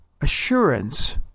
assurance